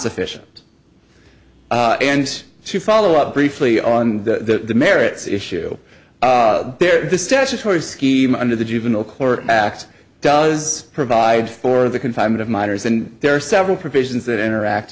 sufficient and to follow up briefly on the merits issue there the statutory scheme under the juvenile court act does provide for the confinement of minors and there are several provisions that interact